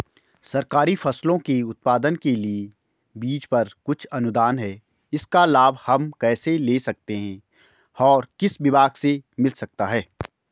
सरकारी फसलों के उत्पादन के लिए बीज पर कुछ अनुदान है इसका लाभ हम कैसे ले सकते हैं और किस विभाग से मिल सकता है?